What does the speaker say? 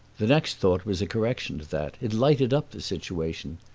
the next thought was a correction to that it lighted up the situation.